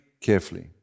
carefully